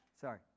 sorry